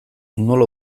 nola